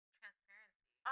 transparency